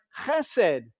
chesed